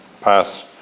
pass